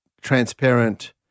transparent